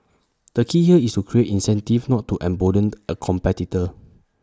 the key here is to create incentives not to embolden A competitor